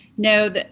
No